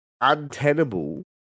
untenable